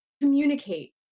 communicate